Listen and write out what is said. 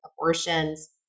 abortions